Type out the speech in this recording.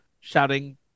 shouting